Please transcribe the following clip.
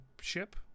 ship